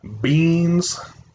Beans